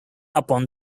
upon